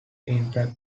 impractical